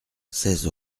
seize